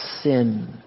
sin